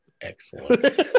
excellent